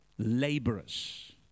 laborers